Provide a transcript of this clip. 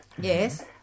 yes